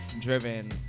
driven